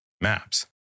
maps